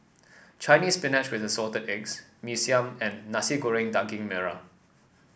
Chinese Spinach with Assorted Eggs Mee Siam and Nasi Goreng Daging Merah